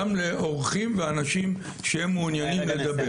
גם לאורחים ואנשים שמעוניינים לדבר,